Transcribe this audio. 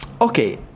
Okay